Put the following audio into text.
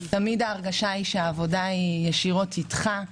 תמיד ההרגשה הייתה שהעבודה היא ישירות אתך,